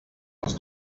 els